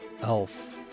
elf